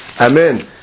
Amen